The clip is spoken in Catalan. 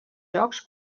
jocs